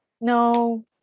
No